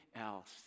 else